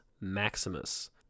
Maximus